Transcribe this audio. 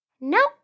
Nope